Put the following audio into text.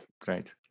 great